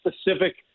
specific